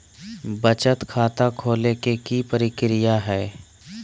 बचत खाता खोले के कि प्रक्रिया है?